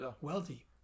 wealthy